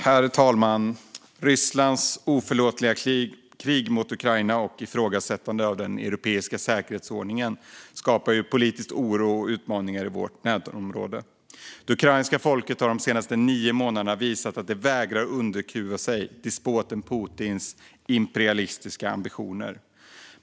Herr talman! Rysslands oförlåtliga krig mot Ukraina och ifrågasättande av den europeiska säkerhetsordningen skapar politisk oro och utmaningar i vårt närområde. Det ukrainska folket har de senaste nio månaderna visat att det vägrar att låta sig underkuvas av despotens Putins imperialistiska ambitioner.